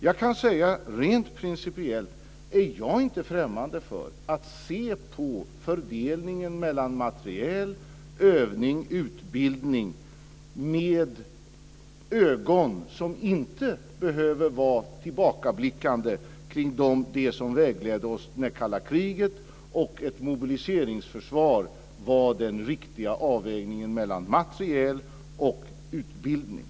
Jag kan säga att jag rent principiellt inte är främmande för att se på fördelningen mellan materiel, övning och utbildning med ögon som inte behöver vara tillbakablickande kring det som vägledde oss när kalla kriget och ett mobiliseringsförsvar var den riktiga avvägningen mellan materiel och utbildning.